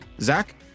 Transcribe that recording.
Zach